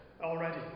already